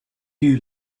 you